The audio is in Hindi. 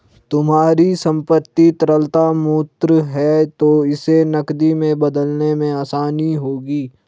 तुम्हारी संपत्ति तरलता मूर्त है तो इसे नकदी में बदलने में आसानी होगी